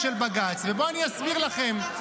בואו נראה.